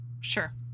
Sure